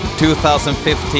2015